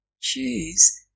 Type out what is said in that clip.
choose